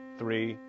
three